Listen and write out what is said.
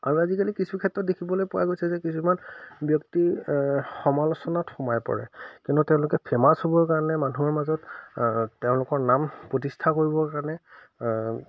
আৰু আজিকালি কিছু ক্ষেত্ৰত দেখিবলৈ পোৱা গৈছে যে কিছুমান ব্যক্তি সমালোচনাত সোমাই পৰে কিন্তু তেওঁলোকে ফেমাছ হ'বৰ কাৰণে মানুহৰ মাজত তেওঁলোকৰ নাম প্ৰতিষ্ঠা কৰিবৰ কাৰণে